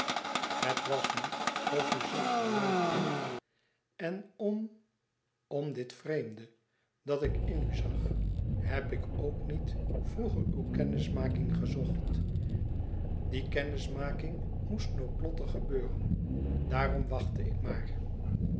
het was me of u zich verlaagd had en om om dit vreemde dat ik in u zag heb ik ook niet vroeger uw kennismaking gezocht die kennismaking moest noodlottig gebeuren daarom wachtte ik maar